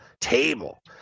table